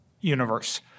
universe